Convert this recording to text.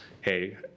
hey